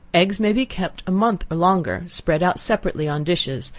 eggs may be kept a month or longer, spread out separately on dishes,